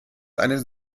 einen